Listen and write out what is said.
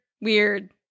weird